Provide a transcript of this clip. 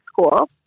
school